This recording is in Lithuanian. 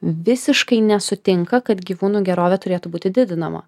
visiškai nesutinka kad gyvūnų gerovė turėtų būti didinama